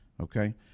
Okay